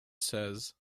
says